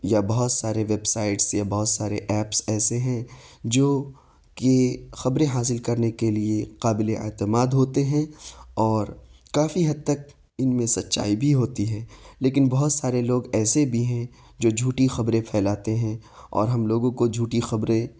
یا بہت سارے ویب سائٹس یا بہت سارے ایپس ایسے ہیں جوکہ خبریں حاصل کرنے کے لیے قابل اعتماد ہوتے ہیں اور کافی حد تک ان میں سچائی بھی ہوتی ہے لیکن بہت سارے لوگ ایسے بھی ہیں جو جھوٹی خبریں پھیلاتے ہیں اور ہم لوگوں کو جھوٹی خبریں